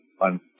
on